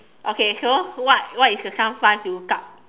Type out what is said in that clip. okay so what what is your some fun to look up